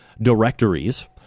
directories